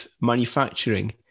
manufacturing